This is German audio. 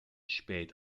spät